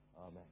Amen